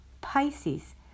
Pisces